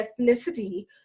ethnicity